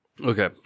Okay